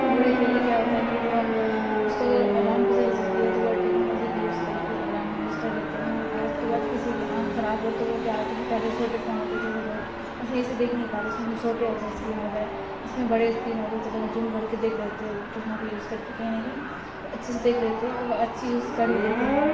بوڑھے کے لیے کیا ہوتا ہے کہ وہ اس کو اگر اللارم کی ضرورت ہوتی ہے تو وہ ٹیکنالوجی کا یوز کر کے الارم یوز کر لیتے ہیں اور اس کے بعد کسی کی آنکھ خراب ہو تو وہ کیا ہوتے ہے کہ پہلے چھوٹے فون ہوتے تھے تو لوگ تو صحیح سے دیکھ نہیں پاتے اس میں کی چھوٹے ہوتے ہیں اسکرین وغیرہ اس میں بڑے اسکرین ہوتے ہیں تو لوگ زوم کر کے دیکھ لیتے وہ چشمہ کا یوز کر کے کہیں نہ کہیں وہ اچھے سے دیکھ لیتے اور وہ اچھے یوز کر ہی لیتے ہیں